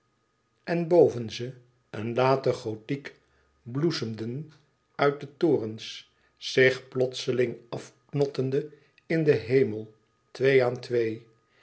en boven ze een late gothiek bloesemden uit de torens zich plotseling afknottende in den hemel twee aan twee